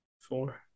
four